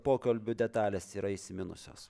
pokalbių detalės yra įsiminusios